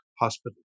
Hospital